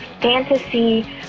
fantasy